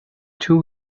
too